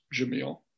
Jamil